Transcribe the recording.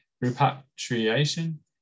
repatriation